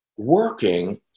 working